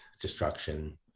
destruction